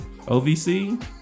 OVC